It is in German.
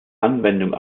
anwendung